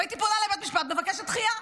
והייתי פונה לבית משפט ומבקשת דחייה.